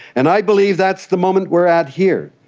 and i believe that's the moment we're at here.